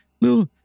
little